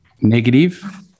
negative